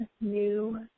new